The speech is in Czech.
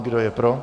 Kdo je pro?